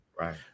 Right